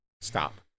Stop